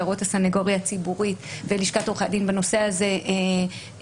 הערות הסנגוריה הציבורית ולשכת עורכי הדין בנושא הזה נכלל